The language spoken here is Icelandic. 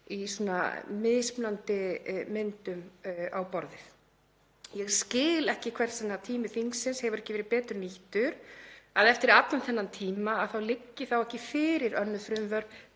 í mismunandi myndum á borðið. Ég skil ekki hvers vegna tími þingsins hefur ekki verið betur nýttur en svo að eftir allan þennan tíma liggi ekki fyrir önnur frumvörp,